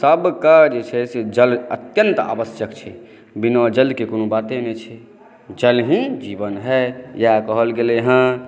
सभके जे छै से जल अत्यन्त आवश्यक छै बिना जलके कोनो बाते नहि छै जल ही जीवन है इएह कहल गेलै हँ